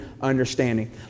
understanding